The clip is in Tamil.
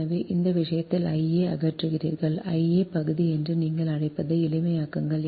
எனவே இந்த விஷயத்தில் I a அகற்றுகிறீர்கள் I a பகுதி என்று நீங்கள் அழைப்பதை எளிமையாக்குங்கள்